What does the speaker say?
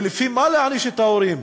ולפי מה להעניש את ההורים?